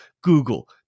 Google